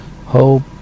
Hope